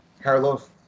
Carlos